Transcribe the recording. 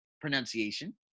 pronunciation